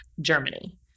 Germany